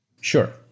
Sure